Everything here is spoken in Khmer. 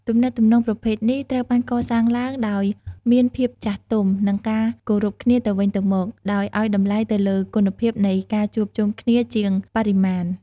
ទំនាក់ទំនងប្រភេទនេះត្រូវបានកសាងឡើងដោយមានភាពចាស់ទុំ និងការគោរពគ្នាទៅវិញទៅមក ដោយឱ្យតម្លៃទៅលើគុណភាពនៃការជួបជុំគ្នាជាងបរិមាណ។